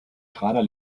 schrader